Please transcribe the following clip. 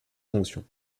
fonctions